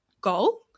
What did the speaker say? goal